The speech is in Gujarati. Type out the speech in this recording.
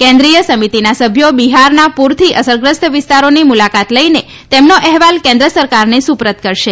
કેન્દ્રીય સમિતિના સભ્યો બિહારના પૂરથી અસરગ્રસ્ત વિસ્તારોની મુલાકાત લઈને તેમનો અહેવાલ કેન્દ્ર સરકારને સુપ્રત કરશે